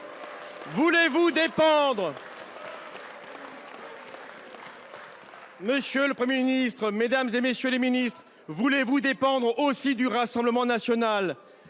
voulez vous dépendre aussi du Rassemblement national ?